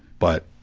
but.